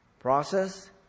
Process